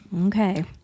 okay